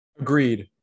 Agreed